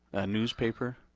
a newspaper?